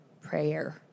prayer